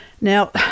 Now